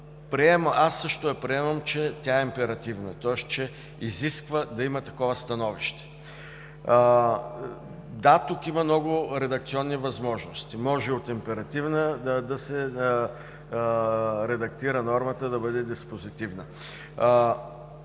Аз също приемам, че тя е императивна – тоест, че изисква да има такова становище. Да, тук има много редакционни възможности. Може от императивна да се редактира нормата да бъде диспозитивна.